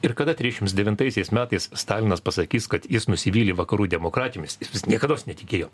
ir kada trisdešimt devintaisiais metais stalinas pasakys kad jis nusivylė vakarų demokratijomis niekados netikėjo